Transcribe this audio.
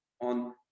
on